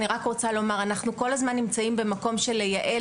אנחנו כל הזמן נמצאים במקום של ייעול